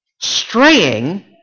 straying